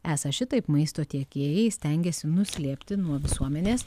esą šitaip maisto tiekėjai stengiasi nuslėpti nuo visuomenės